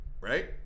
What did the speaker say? right